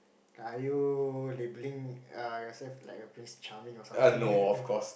are you labeling uh yourself like a Prince charming or something